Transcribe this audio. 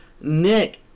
Nick